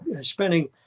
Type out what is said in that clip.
spending